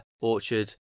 orchard